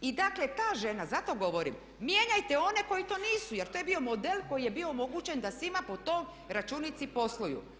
I dakle ta žena, zato govorim mijenjajte one koji to nisu jer to je bio model koji je bio omogućen da svima po toj računici posluju.